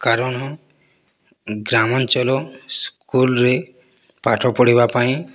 କାରଣ ଗ୍ରାମାଞ୍ଚଳ ସ୍କୁଲ୍ରେ ପାଠ ପଢ଼ିବା ପାଇଁ